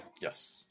Yes